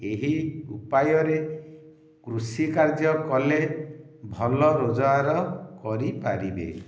ଏହି ଉପାୟରେ କୃଷିକାର୍ଯ୍ୟ କଲେ ଭଲ ରୋଜଗାର କରିପାରିବେ